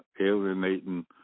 alienating